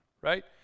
right